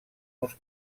uns